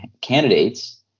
candidates